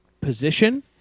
position